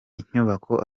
inyubako